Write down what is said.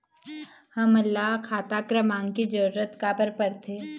हमन ला खाता क्रमांक के जरूरत का बर पड़थे?